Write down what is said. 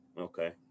Okay